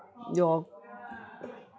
your